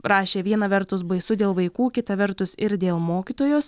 rašė viena vertus baisu dėl vaikų kita vertus ir dėl mokytojos